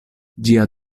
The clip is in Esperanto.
ĝia